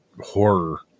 horror